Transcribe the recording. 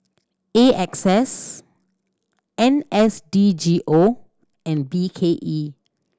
A X S N S D G O and B K E